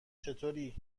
چطوری